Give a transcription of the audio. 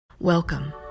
Welcome